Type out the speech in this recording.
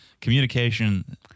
Communication